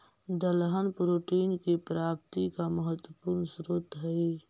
दलहन प्रोटीन की प्राप्ति का महत्वपूर्ण स्रोत हई